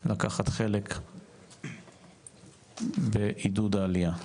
לקחת חלק בעידוד העלייה.